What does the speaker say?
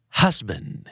husband